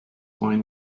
find